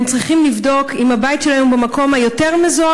והם צריכים לבדוק אם הבית שלהם הוא במקום היותר-מזוהם,